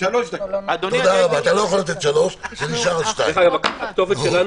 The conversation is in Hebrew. צריך גם לתת אמון בהם.